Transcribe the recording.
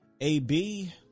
AB